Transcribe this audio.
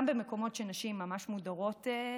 גם במקומות שבהם נשים ממש מודרות,